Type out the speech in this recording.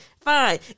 Fine